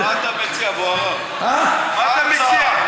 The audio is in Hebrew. רק מבחינת הגמישות.) מה אתה מציע,